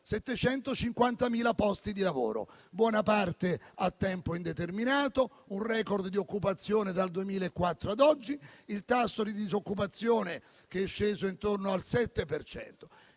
750.000 posti di lavoro (buona parte dei quali a tempo indeterminato), ed è un *record* di occupazione dal 2004 ad oggi; il tasso di disoccupazione sceso intorno al 7